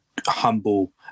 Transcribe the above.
humble